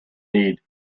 need